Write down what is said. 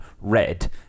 red